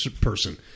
person